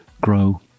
grow